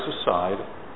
aside